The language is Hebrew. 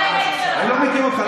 אני לא מכיר אותך,